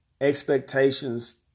expectations